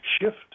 shift